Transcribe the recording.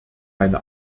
meine